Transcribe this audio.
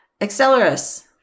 Accelerus